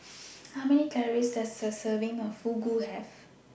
How Many Calories Does A Serving of Fugu Have